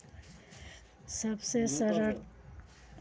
सबसे सस्ता gold loan कैसे प्राप्त कर सकते हैं?